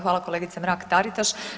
Hvala kolegice Mrak Taritaš.